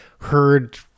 heard